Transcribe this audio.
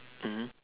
mmhmm